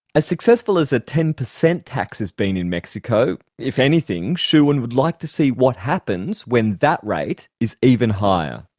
as successful as a ten percent tax has been in mexico, if anything shu wen would like to see what happens when that rate is even higher.